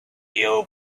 you